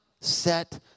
set